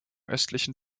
östlichen